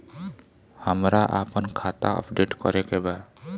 हमरा आपन खाता अपडेट करे के बा